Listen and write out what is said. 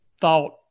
thought